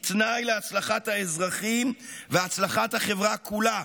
תנאי להצלחת האזרחים והצלחת החברה כולה.